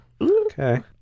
okay